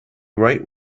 right